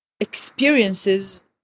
experiences